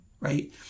right